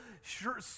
sure